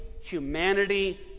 humanity